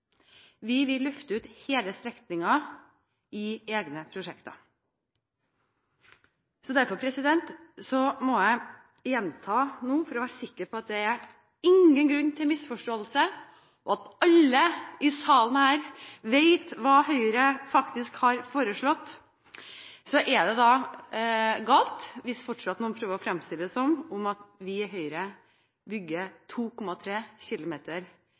Vi vil løfte ut hele strekninger i egne prosjekter. Derfor må jeg gjenta det nå, for å være sikker på at det er ingen grunn til misforståelse, og at alle her i salen vet hva Høyre faktisk har foreslått: Det er galt hvis noen fortsatt prøver å fremstille det som om vi i Høyre bygger 2,3 km